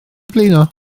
blino